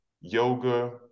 yoga